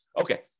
Okay